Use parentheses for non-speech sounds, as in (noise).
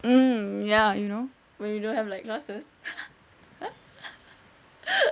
mm ya you know when you don't have like classes (laughs)